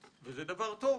שזה דבר טוב,